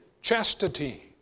chastity